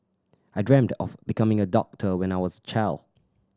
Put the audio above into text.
I dreamt of becoming a doctor when I was a child